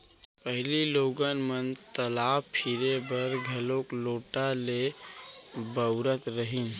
पहिली लोगन मन तलाव फिरे बर घलौ लोटा ल बउरत रहिन